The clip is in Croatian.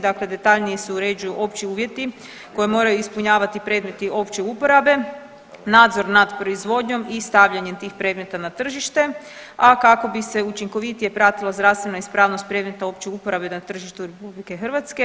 Dakle, detaljnije se uređuju opći uvjeti koje moraju ispunjavati predmeti opće uporabe, nadzor nad proizvodnjom i stavljanje tih predmeta na tržište, a kako bi se učinkovitije pratila zdravstvena ispravnost predmeta opće uporabe na tržištu RH.